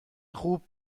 خوب